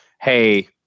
hey